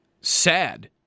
sad